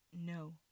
no